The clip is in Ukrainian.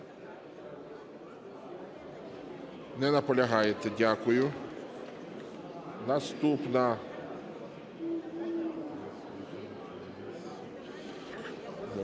Не наполягаєте. Дякую. Наступна